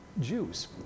Jews